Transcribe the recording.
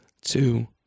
two